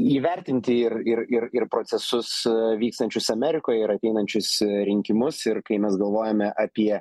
įvertinti ir ir ir ir procesus vykstančius amerikoje ir ateinančius rinkimus ir kai mes galvojame apie